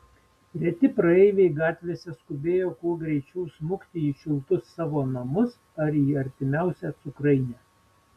reti praeiviai gatvėse skubėjo kuo greičiau smukti į šiltus savo namus ar į artimiausią cukrainę